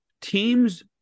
teams